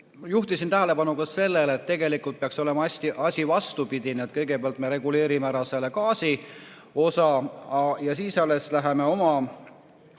Juhtisin tähelepanu ka sellele, et tegelikult peaks olema vastupidi: kõigepealt me reguleerime ära selle gaasiosa ja siis alles läheme oma